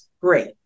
Great